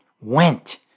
went